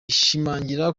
ishimangira